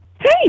hey